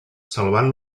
salvant